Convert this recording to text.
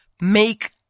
make